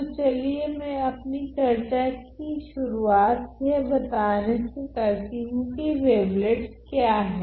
तो चलिए मैं अपनी चर्चा कि शुरुआत यह बताने से करती हूँ कि वेवलेट्स क्या है